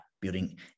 building